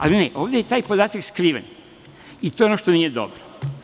Ali ne, ovde je taj podatak skriven, i to je ono što nije dobro.